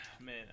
Man